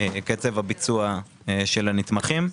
קצב הביצוע של הנתמכים.